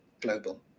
global